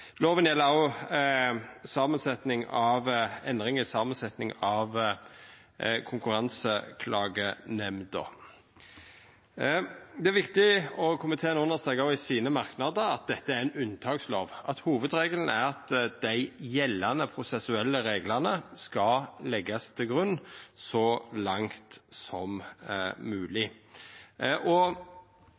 Lova gjeld òg endring i samansetjinga av konkurranseklagenemnda. Det er viktig, som komiteen òg strekar under i sine merknader, at dette er ei unntakslov. Hovudregelen er at dei gjeldande prosessuelle reglane skal leggjast til grunn så langt som